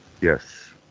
Yes